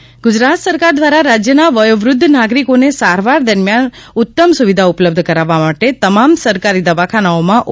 વયોવૃદ્ધ નાગરીક ગુજરાત સરકાર દ્વારા રાજ્યના વયોવૃદ્ધ નાગરીકોને સારવાર દરમિયાન ઉત્તમ સુવિધા ઉપલબ્ધ કરાવવા માટે તમામ સરકારી દવાખાનાઓમાં ઓ